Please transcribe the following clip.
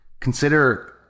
consider